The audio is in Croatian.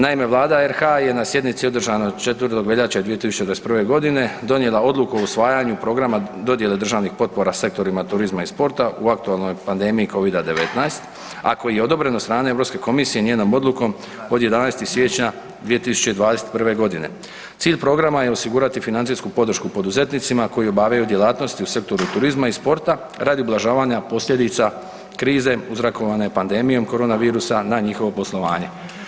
Naime, Vlada RH je na sjednici održanoj 4. veljače 2021. g. donijela Odluku o usvajanju programa dodjela državnih potpora sektorima turizma i sporta u aktualnoj pandemiji Covida-19, a koji je odobren od strane EU komisije i njenom odlukom od 11. siječnja 2021. g. Cilj programa je osigurati financijsku podršku poduzetnicima koji obavljaju djelatnosti u sektoru turizma i sporta radi ublažavanja posljedica krize uzrokovane pandemijom koronavirusa na njihovo poslovanje.